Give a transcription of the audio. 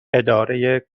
اداره